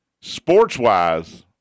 sports-wise